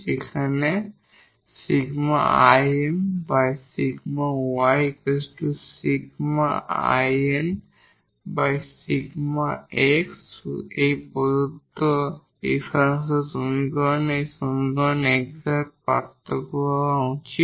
এই প্রদত্ত ডিফারেনশিয়াল সমীকরণে এটি সমীকরণে এক্সাট পার্থক্য হওয়া উচিত